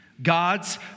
God's